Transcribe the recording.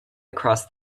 across